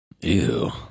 Ew